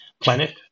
planet